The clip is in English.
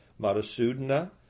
Madhusudana